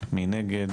מי נגד?